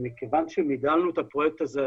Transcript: מכיוון שהתחלנו את הפרויקט הזה,